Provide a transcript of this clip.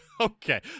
Okay